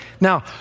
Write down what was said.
Now